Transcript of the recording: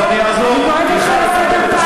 אז אני אעזור לך לקדם את הסוגיה הזאת.